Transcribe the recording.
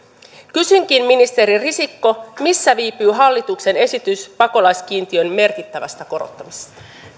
kysynkin ministeri risikko missä viipyy hallituksen esitys pakolaiskiintiön merkittävästä korottamisesta